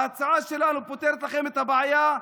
ההצעה שלנו פותרת לכם את הבעיה,